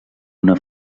una